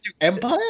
Empire